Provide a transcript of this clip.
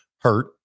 hurt